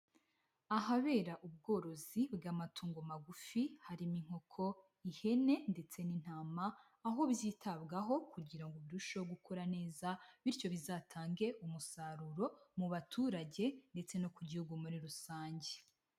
Ahabera ubworozi bw'amatungo magufi harimo inkoko, ihene, ndetse n'intama aho byitabwaho kugira ngo birusheho gukura neza, bityo bizatange umusaruro mu baturage ndetse no ku gihugu muri rusange.